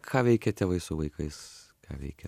ką veikia tėvai su vaikais ką veikia